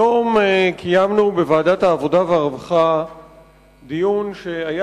היום קיימנו בוועדת העבודה והרווחה דיון שהיה